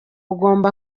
ugomba